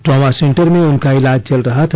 trauma centre में उनका इलाज चल रहा था